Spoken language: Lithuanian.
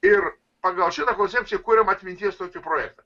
ir pagal šitą koncepciją kuriam atminties tokį projektą